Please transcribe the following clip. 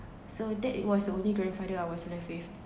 so that was the only grandfather I was